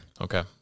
Okay